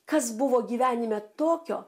kas buvo gyvenime tokio